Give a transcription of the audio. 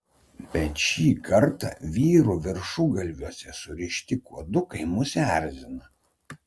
bet šį kartą vyrų viršugalviuose surišti kuodukai mus erzina